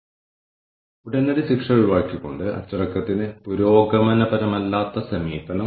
ഉദാഹരണത്തിന് ഉയർന്ന തോതിലുള്ള വളരെ സെൻസിറ്റീവ് മെഷിനറികളുള്ള ഒരു ഫാക്ടറിയിൽ അത് വളരെ വൈദഗ്ധ്യമുള്ള ആളുകൾ കൈകാര്യം ചെയ്യണം